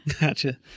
Gotcha